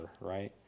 right